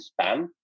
spam